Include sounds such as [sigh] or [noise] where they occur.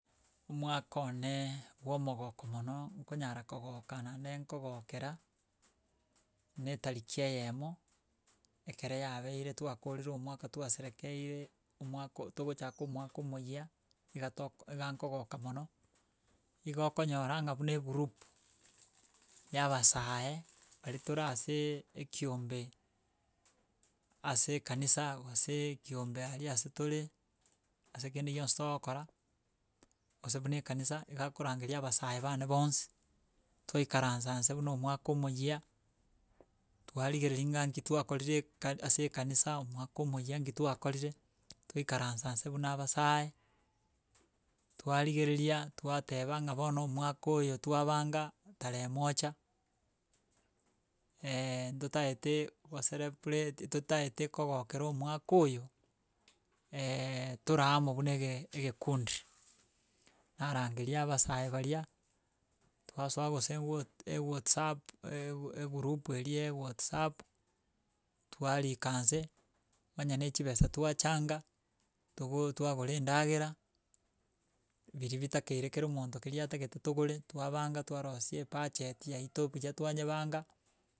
omwaka one bwa omogoko mono nkonyara kogoka nande ngokokera na etariki eyemo ekero yabeire twakorire omwaka twaserekeire omwako togochaka omwaka omoyia, iga toko iga nkogoka mono, igo okonyora ng'a buna egroup ya abasae bari toraseee ekiombe ase ekanisa gose ekiombe aria ase tore ase kende gionsi togokora, gose buna ekanisa iga nkorangeria abasae bane bonsi twaikaransa nse buna omwaka omoyia, twarigereria ng'a nki twakorire ka ase ekanisa omwaka omoyia nki twakorire, twaikaransa nse buna abasae, twarigereria twateba ng'a bono omwaka oyo twabanga tarehe moja [hesitation] ntotaete gocelebrate totaete kogokera omwaka oyo [hesitation] tore amo buna ege egekundi. Narangeria abasae baria twasoa gose what ewhatsapp eee egurupu eria ya whatsapp twarika nse, onye na echibesa twachanga, togoo twagora endagera biria bitakeire kera omonto keri atagete togore twabanga twarosia ebudgeti yaito buya twanyebanga.